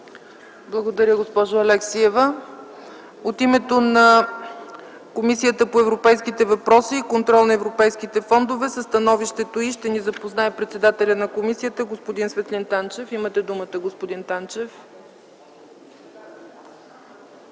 Благодаря, госпожо Алексиева. Със становището на Комисията по европейските въпроси и контрол на европейските фондове ще ни запознае председателят на комисията господин Светлин Танчев. Имате думата, господин Танчев.